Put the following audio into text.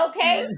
Okay